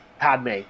padme